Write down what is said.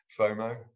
FOMO